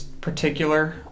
particular